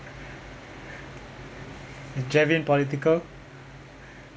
is jervin political